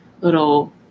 little